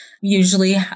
Usually